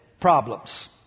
problems